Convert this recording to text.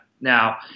Now